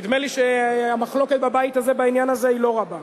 נדמה לי שהמחלוקת בבית הזה בעניין הזה היא לא רבה.